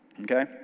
Okay